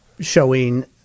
showing